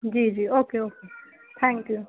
جی جی okay okay thank you